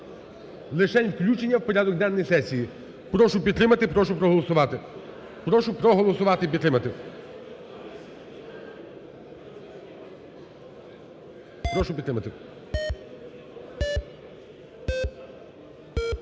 Лишень включення в порядок денний сесії. Прошу підтримати, прошу проголосувати. Прошу проголосувати і підтримати. Прошу підтримати.